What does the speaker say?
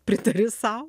pritari sau